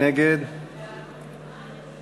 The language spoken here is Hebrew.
הנגשת השפה היא צורך בסיסי וראשון.